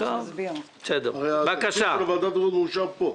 הרי התקציב של ועדת הבחירות מאושר פה.